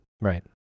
Right